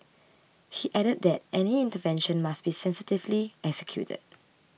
he added that any intervention must be sensitively executed